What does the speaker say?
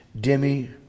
Demi